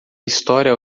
história